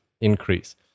increase